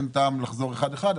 אין טעם לחזור אחת-אחת,